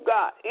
God